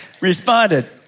responded